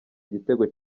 igitego